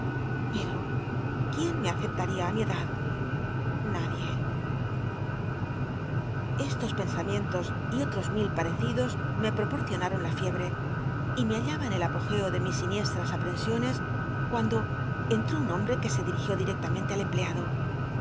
pero quién me aceptaría á mi edad nadie estos pensamiento y otros mil parecidos me proporcionaron la fiebre y me bailaba en el apogeo de mis sinieslms aprensiones cuando entró un hombre que se dirigió directamente al empleado